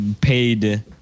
paid